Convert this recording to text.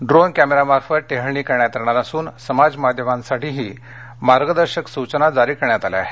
drone कॅमेऱ्यामार्फत टेहळणी करण्यात येणार असून समाज माध्यमांसाठीही मार्गदर्शक सूचनाजारी करण्यात आल्या आहेत